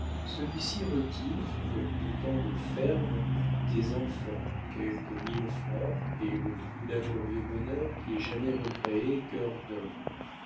celui-ci retire comme d'autant de fermes des enfants quelques mille francs et le plus laborieux bonheur qui ait jamais récréé cœur d'homme